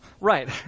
Right